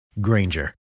Granger